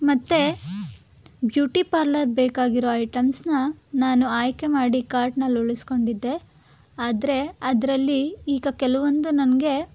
ಮತ್ತು beauty parlour ಬೇಕಾಗಿರುವ ಐಟಮ್ಸನ್ನ ನಾನು ಆಯ್ಕೆ ಮಾಡಿ ಕಾರ್ಟ್ನಲ್ಲಿ ಉಳಿಸ್ಕೊಂಡಿದ್ದೆ ಆದರೆ ಅದರಲ್ಲಿ ಈಗ ಕೆಲವೊಂದು ನನಗೆ